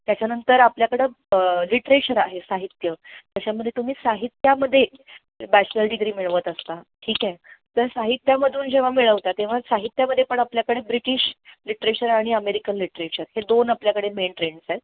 त्याच्यानंतर आपल्याकडं लिट्रेचर आहे साहित्य त्याच्यामध्ये तुम्ही साहित्यामध्ये बॅचलर डिग्री मिळवत असता ठीक आहे तर साहित्यामधून जेव्हा मिळवता तेव्हा साहित्यामध्ये पण आपल्याकडे ब्रिटिश लिट्रेचर आणि अमेरिकन लिट्रेचर हे दोन आपल्याकडे मेन ट्रेंड्स आहेत